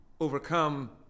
overcome